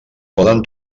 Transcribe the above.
poden